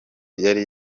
yari